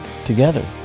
together